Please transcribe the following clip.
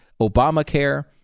Obamacare